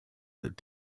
that